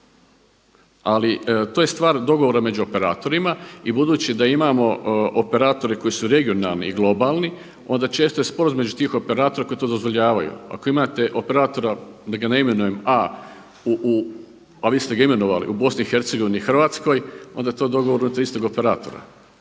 ali to je stvar dogovora među operatorima. I budući da imamo operatore koji su regionalni i globalni onda često je sporazum između tih operatora koji to dozvoljavaju. Ako imate operatora da ga ne imenujem A, a vi ste ga imenovali u BiH, Hrvatskoj onda je to dogovor tog istog operatora.